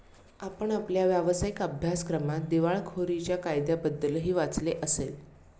आपण आपल्या व्यावसायिक अभ्यासक्रमात दिवाळखोरीच्या कायद्याबद्दलही वाचले असेल